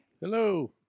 hello